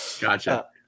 gotcha